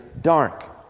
dark